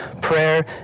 prayer